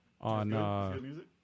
on